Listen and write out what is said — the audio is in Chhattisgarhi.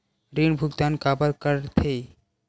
ऋण भुक्तान काबर कर थे?